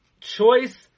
choice